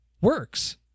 works